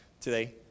today